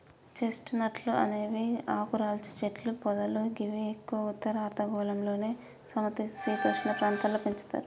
chest నట్లు అనేవి ఆకురాల్చే చెట్లు పొదలు గివి ఎక్కువగా ఉత్తర అర్ధగోళంలోని సమ శీతోష్ణ ప్రాంతాల్లో పెంచుతరు